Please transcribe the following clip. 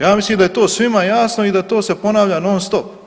Ja mislim da je to svima jasno i da to se ponavlja non stop.